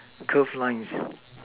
curved lines